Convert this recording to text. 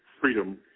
freedom